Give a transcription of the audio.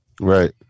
right